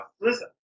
listen